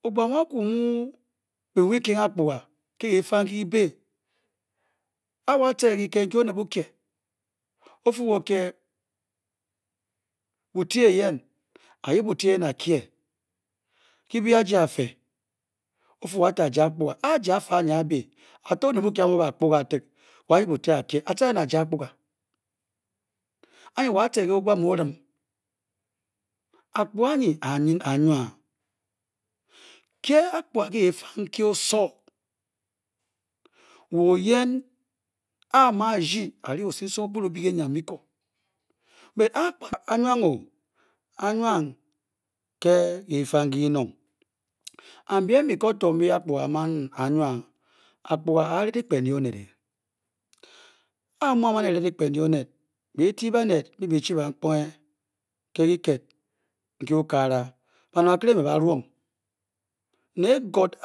Be wha kur mu be wike apkor ga kebe awa ter ke ked mka oned bokye ofu wa ne botty ayen oyep botsyen oke ke bu aye afe o fu wa chi ojar aptor ga a wor yepa apkorga ter oba yep akey oten nar le ojar apkor ga aye wa ter le opka mu olem apkorga ye awa ke aporka ke kepang mke osowor wor yen a man de abe bo sung bo bu le ayerm bukar but oyang oh ke kefang nke keni no but bem mbetu tor ke apkorga aweh apkorga a le lepkan ndi oned eh a mu leng be ti te pahed